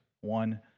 One